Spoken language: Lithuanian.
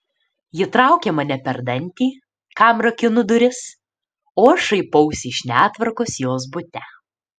ji traukia mane per dantį kam rakinu duris o aš šaipausi iš netvarkos jos bute